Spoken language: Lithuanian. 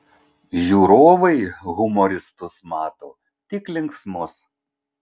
žiūrovai humoristus mato tik linksmus